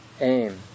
aim